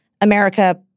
America